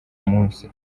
munsi